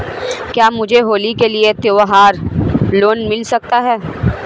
क्या मुझे होली के लिए त्यौहार लोंन मिल सकता है?